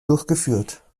durchgeführt